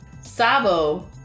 Sabo